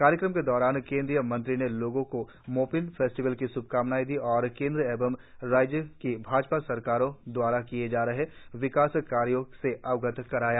कार्यक्रम के दौरान केंद्रीय मंत्री ने लोगो को मोपिन फेस्टिवल की श्भकामनाएं दी और केंद्र एवं राज्य की भाजपा सरकारों दवारा किए जा रहे विकास कार्यों से अवगत कराया